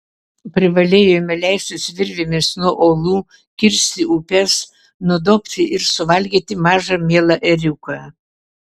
privalėjome leistis virvėmis nuo uolų kirsti upes nudobti ir suvalgyti mažą mielą ėriuką